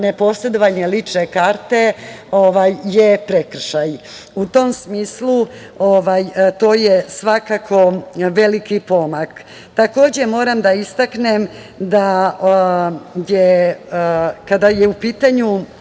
neposedovanje lične karte je prekršaj. U tom smislu, to je svakako veliki pomak. Takođe moram da istaknem da, kada je u pitanju